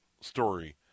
story